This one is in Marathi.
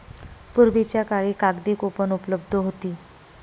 पूर्वीच्या काळी कागदी कूपन उपलब्ध होती